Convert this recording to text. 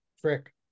Trick